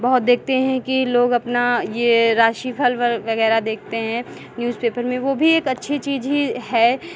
बहुत देखते हैं कि लोग अपना ये राशिफल वगैरह देखते हैं न्यूज़पेपर में वो भी एक अच्छी चीज़ ही है